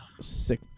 sick